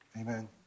Amen